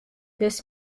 this